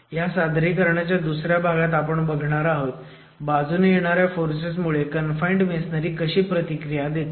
ह्या सादरीकरणाच्या दुसऱ्या भागात आपण बघणार आहोत बाजूने येणाऱ्या फोर्सेस मुळे कन्फाईंड मेसोनारी कशी प्रतिक्रिया देते